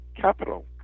capital